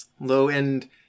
low-end